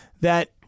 that-